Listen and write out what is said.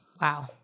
Wow